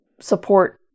support